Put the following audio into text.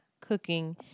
cooking